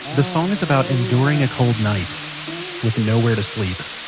this song is about enduring a cold night with nowhere to sleep